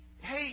hey